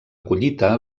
collita